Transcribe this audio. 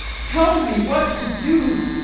tell me what to do.